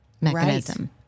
mechanism